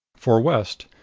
for west,